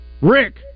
Rick